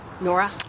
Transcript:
Nora